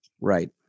Right